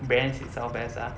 brands itself as ah